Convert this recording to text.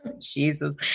jesus